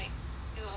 it will affect